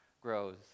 grows